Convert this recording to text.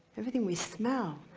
everything we smell,